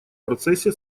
процессе